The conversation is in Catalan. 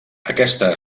aquesta